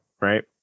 right